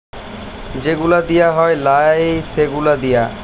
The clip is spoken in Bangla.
যে গুলা দিঁয়া হ্যয় লায় সে গুলা দিঁয়া